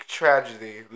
tragedy